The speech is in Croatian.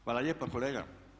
Hvala lijepa kolega.